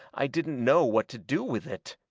i didn't know what to do with it